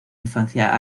infancia